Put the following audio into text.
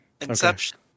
Inception